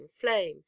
flame